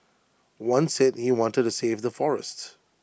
one said he wanted to save the forests